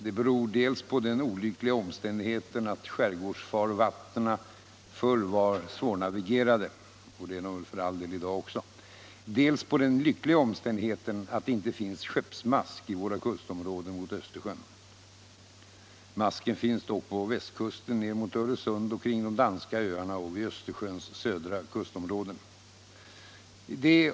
Det beror dels på den olyckliga omständigheten att skärgårdsfarvattnen förr var svårnavigerade — det är de för all del i dag också — dels på den lyckliga omständigheten att det inte finns skeppsmask i våra kustområden mot Östersjön. Masken finns dock på västkusten ner mot Öresund, kring de danska öarna och vid Östersjöns södra kustområden.